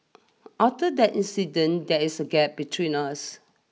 after that incident there is a gap between us